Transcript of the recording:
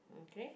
mm kay